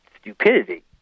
stupidity